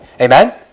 Amen